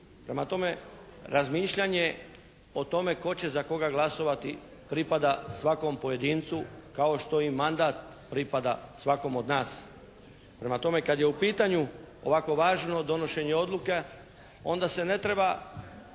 Prema tome razmišljanje o tome tko će za koga glasovati pripada svakom pojedincu kao što i mandat pripada svakom od nas. Prema tome kad je u pitanju ovako važno donošenje odluke onda se ne treba